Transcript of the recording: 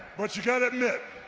but you gotta admit,